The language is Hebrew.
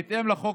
בהתאם לחוק